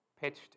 pitched